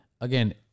again